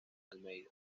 almeida